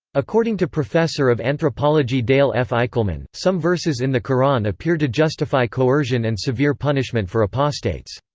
according to professor of anthropology dale f. eickelman, some verses in the quran appear to justify coercion and severe punishment for apostates.